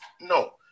No